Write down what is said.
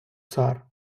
цар